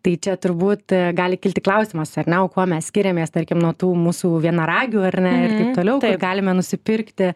tai čia turbūt gali kilti klausimas ar ne o kuo mes skiriamės tarkim nuo tų mūsų vienaragių ar ne ir taip toliau galime nusipirkti